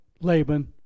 Laban